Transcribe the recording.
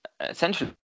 essentially